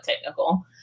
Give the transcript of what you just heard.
technical